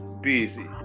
busy